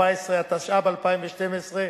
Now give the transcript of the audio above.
14), התשע"ב 2012,